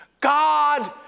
God